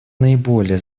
наиболее